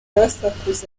basakuza